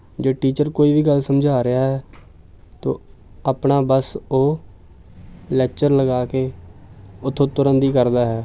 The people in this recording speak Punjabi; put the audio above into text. ਜੇ ਟੀਚਰ ਕੋਈ ਵੀ ਗੱਲ ਸਮਝਾ ਰਿਹਾ ਤੋ ਆਪਣਾ ਬਸ ਉਹ ਲੈਕਚਰ ਲਗਾ ਕੇ ਉੱਥੋਂ ਤੁਰਨ ਦੀ ਕਰਦਾ ਹੈ